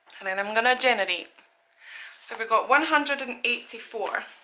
and then i'm going to generate so we've got one hundred and eighty four.